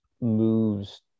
moves